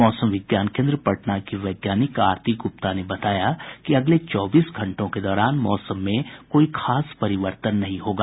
मौसम विज्ञान केन्द्र पटना की वैज्ञानिक आरती गुप्ता ने बताया कि अगले चौबीस घंटों के दौरान मौसम में कोई खास परिवर्तन नहीं होगा